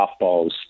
softballs